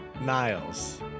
Niles